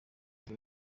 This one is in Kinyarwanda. ngo